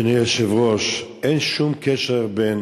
אדוני היושב-ראש, אין שום קשר בין